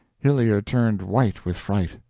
hillyer turned white with fright.